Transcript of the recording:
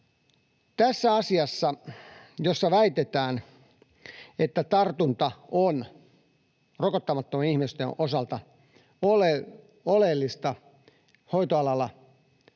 Tämä asia, jossa väitetään, että tartunta on rokottamattomien ihmisten osalta oleellista hoitoalalla,